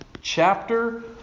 chapter